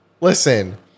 Listen